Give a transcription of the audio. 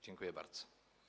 Dziękuję bardzo.